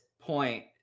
point